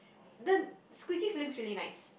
the squeaky feeling is really nice